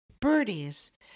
birdies